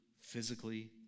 physically